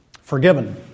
forgiven